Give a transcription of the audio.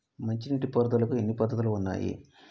మంచి నీటి పారుదలకి ఎన్ని పద్దతులు ఉన్నాయి?